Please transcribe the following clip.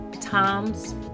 Toms